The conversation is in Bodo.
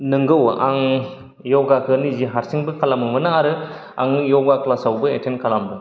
नंगौ आं योगाखो निजि हारसिंबो खालामोमोन आरो आं योगा क्लासावबो एटेन खालामदों